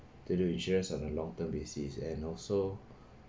to do insurance on a long term basis and also